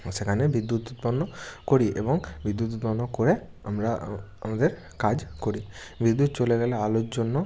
সেখানে বিদ্যুৎ উৎপন্ন করি এবং বিদ্যুৎ উৎপন্ন করে আমরা আ আমাদের কাজ করি বিদ্যুত চলে গেলে আলোর জন্য